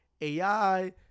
AI